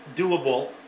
doable